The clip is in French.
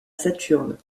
saturne